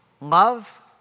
love